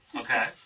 Okay